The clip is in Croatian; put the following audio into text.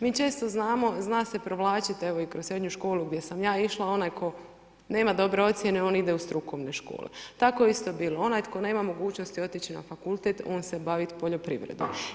Mi često znamo, zna se provlačiti i kroz srednju školu gdje sam ja išla, onaj tko nema dobre ocjene, on ide u strukovne škole, tako isto je bilo, onaj tko nema mogućnosti otići na fakultet, on se bavi poljoprivredom.